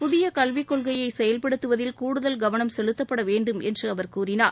புதிய கல்விக் கொள்கையை செயல்படுத்துவதில் கூடுதல் கவனம் செலுத்தப்பட வேண்டும் என்று அவர் கூறினார்